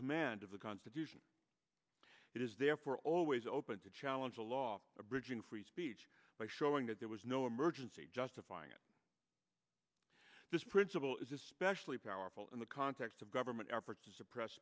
command of the constitution it is therefore always open to challenge a law abridging free speech by showing that there was no emergency justifying it this principle is especially powerful in the context of government are parts of suppress